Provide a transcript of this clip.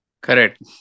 Correct